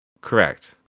Correct